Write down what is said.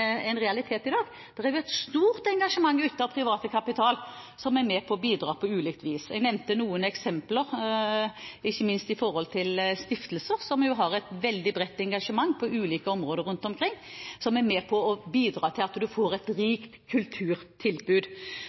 med og bidrar på ulikt vis. Jeg nevnte noen eksempler, bl.a. stiftelser, som jo har et veldig bredt engasjement på ulike områder rundt omkring, og som er med på å bidra til at vi får et rikt kulturtilbud.